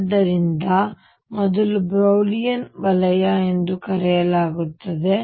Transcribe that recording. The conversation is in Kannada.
ಆದ್ದರಿಂದ ಇದನ್ನು ಮೊದಲ ಬ್ರಿಲೌಯಿನ್ ವಲಯ ಎಂದು ಕರೆಯಲಾಗುತ್ತದೆ